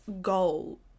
goal